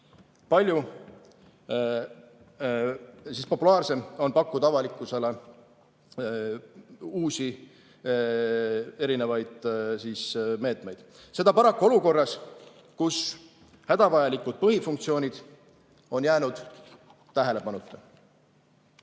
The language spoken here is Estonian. Palju populaarsem on pakkuda avalikkusele uusi erinevaid meetmeid. Seda paraku olukorras, kus hädavajalikud põhifunktsioonid on jäänud tähelepanuta. Teema